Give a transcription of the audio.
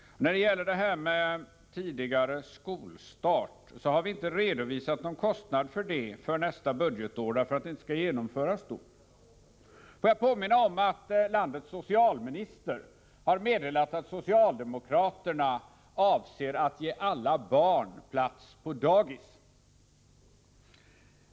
När det gäller förslaget om en tidigare skolstart har vi inte redovisat någon kostnad för det för nästa budgetår, eftersom det inte skall genomföras då. Får jag påminna om att landets socialminister har meddelat att socialdemokraterna avser att ge alla barn plats på dagis.